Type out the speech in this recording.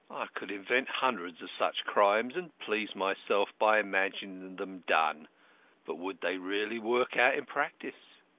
could invent hundreds of such crimes, and please myself by imagining them done but would they really work out in practice?